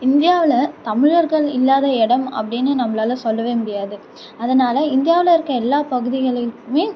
இந்தியாவில் தமிழர்கள் இல்லாத இடம் அப்படின்னு நம்மளால சொல்லவே முடியாது அதனால் இந்தியாவில் இருக்கற எல்லா பகுதிகளையும்